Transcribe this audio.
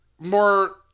more